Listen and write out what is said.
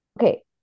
okay